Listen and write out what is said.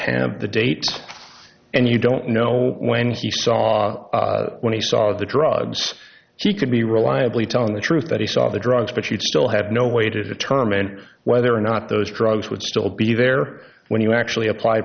have the date and you don't know when he saw when he saw the drugs he could be reliably telling the truth that he saw the drugs but you still had no way to determine whether or not those drugs would still be there when you actually apply